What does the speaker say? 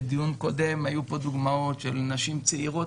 בדיון הקודם היו פה דוגמאות של נשים צעירות